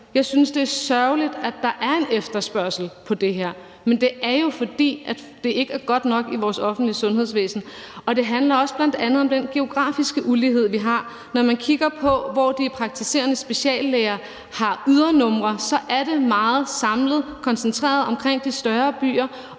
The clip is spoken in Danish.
Jeg synes, det er sørgeligt, at der er en efterspørgsel på det her, men det er jo, fordi det ikke er godt nok i vores offentlige sundhedsvæsen, og det handler bl.a. om den geografiske ulighed, vi har. Når man kigger på, hvor de praktiserende speciallæger har ydernumre, er det meget koncentreret omkring de større byer